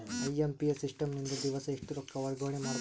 IMPS system ನಿಂದ ದಿವಸಾ ಎಷ್ಟ ರೊಕ್ಕ ವರ್ಗಾವಣೆ ಮಾಡಬಹುದು?